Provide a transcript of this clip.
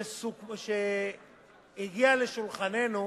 שהגיעה לשולחננו